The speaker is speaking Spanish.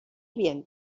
bien